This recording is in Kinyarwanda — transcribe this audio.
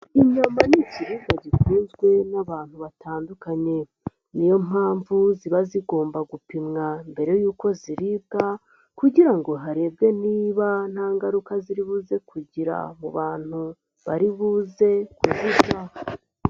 Inyama ni ikibwa gikunzwe n'abantu batandukanye, niyo mpamvu ziba zigomba gupimwa mbere y'uko ziribwa kugira ngo harebwe niba nta ngaruka ziribuze kugira mu bantu baribuze kuzirya.